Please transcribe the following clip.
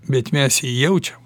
bet mes jį jaučiam